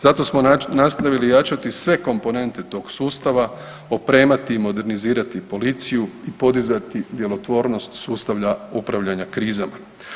Zato smo nastavili jačati sve komponente tog sustava, opremati i modernizirati policiju i podizati djelotvornost sustavlja upravljanja krizama.